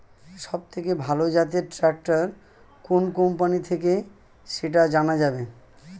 সবথেকে ভালো জাতের ট্রাক্টর কোন কোম্পানি থেকে সেটা জানা যাবে?